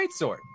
greatsword